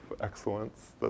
excellence